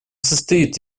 состоит